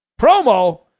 Promo